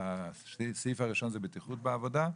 הסעיף הראשון הוא בטיחות בעבודה.